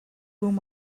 whom